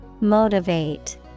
Motivate